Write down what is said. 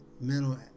mental